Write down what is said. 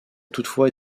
toutefois